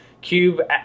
Cube